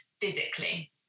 physically